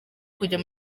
kujya